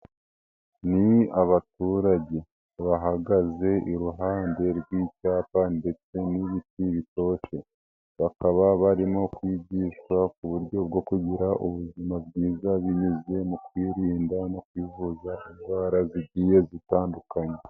Ni abaturage bahagaze iruhande rw'icyapa ndetse n'ibiti bitoshye, bakaba barimo kwigishwa ku buryo bwo kugira ubuzima bwiza binyuze mu kwirinda no kwivuza indwara zigiye zitandukanye.